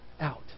out